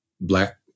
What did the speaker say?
black